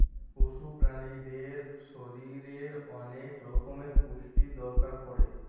পশু প্রালিদের শরীরের ওলেক রক্যমের পুষ্টির দরকার পড়ে